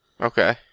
okay